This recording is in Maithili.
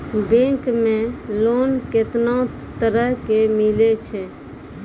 बैंक मे लोन कैतना तरह के मिलै छै?